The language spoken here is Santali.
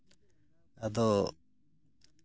ᱟᱫᱚ